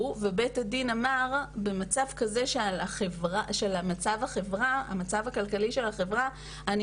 ובית הדין אמר "..עקב המצב כלכלי של החברה אני